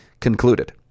concluded